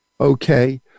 okay